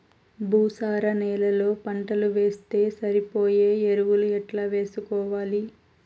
భూసార నేలలో పంటలు వేస్తే సరిపోయే ఎరువులు ఎట్లా వేసుకోవాలి?